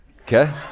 okay